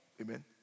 Amen